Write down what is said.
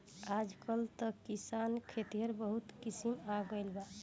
आजकल त किसान खतिर बहुत स्कीम आ गइल बा